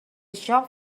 shop